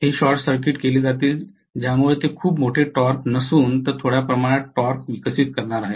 हे short circuit केले जातील ज्यामुळे ते खूप मोठे टॉर्क नसून तर थोड्या प्रमाणात टॉर्क विकसित करणार आहेत